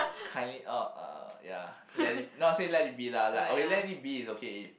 kindly uh uh ya let it not say let it be lah like okay let it be is okay